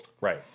Right